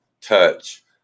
touch